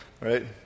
right